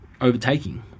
overtaking